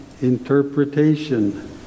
interpretation